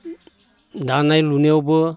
दानाय लुनायावबो